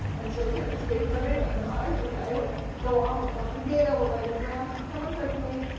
and so you know the state said they randomized, ok. let's go on. um we're collecting data. we're writing grants. and someone said to me,